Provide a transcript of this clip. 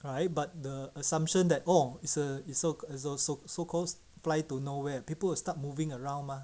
right but the assumption that oh it's a it's so it's also so called fly to nowhere people will start moving around mah